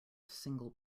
single